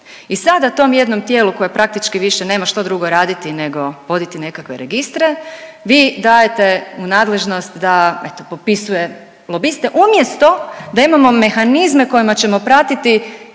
i sada tom jednom tijelu koje praktički više nema što drugo raditi nego voditi nekakve registre, vi dajete u nadležnost da eto popisuje lobiste umjesto da imamo mehanizme kojima ćemo pratiti